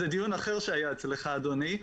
זה דיון אחר שהיה אצלך אדוני,